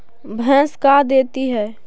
भैंस का देती है?